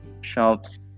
shops